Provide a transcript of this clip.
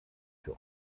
für